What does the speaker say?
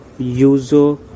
user